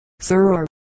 Sir